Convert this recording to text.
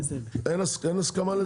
אין הסכמה לזה?